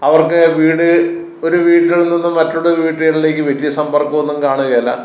അവർക്ക് വീട് ഒരു വീട്ടിൽ നിന്നും മറ്റുള്ള വീടുകളിലേക്ക് വ്യക്തി സമ്പർക്കമൊന്നും കാണുകേല